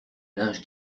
linge